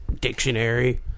dictionary